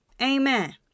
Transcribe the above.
Amen